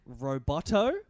roboto